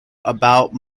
about